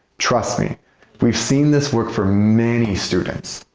trust me we've seen this work for many students.